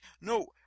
no